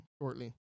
shortly